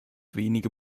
wenige